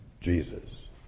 Jesus